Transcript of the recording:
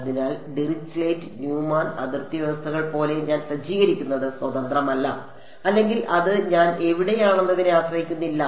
അതിനാൽ Dirichlet Neumann അതിർത്തി വ്യവസ്ഥകൾ പോലെ ഞാൻ സജ്ജീകരിക്കുന്നത് സ്വതന്ത്രമല്ല അല്ലെങ്കിൽ അത് ഞാൻ എവിടെയാണെന്നതിനെ ആശ്രയിക്കുന്നില്ല